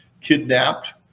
kidnapped